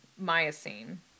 Miocene